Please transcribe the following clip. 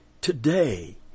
today